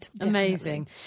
amazing